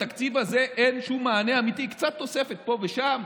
בתקציב הזה אין שום מענה אמיתי, קצת תוספת פה ושם.